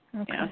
Okay